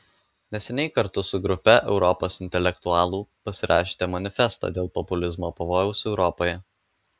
neseniai kartu su grupe europos intelektualų pasirašėte manifestą dėl populizmo pavojaus europoje